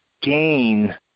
gain